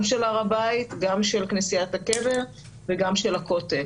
גם של הר הבית, גם של כנסיית הקבר וגם של הכותל,